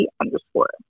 underscore